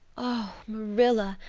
oh, marilla,